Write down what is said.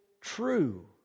true